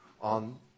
on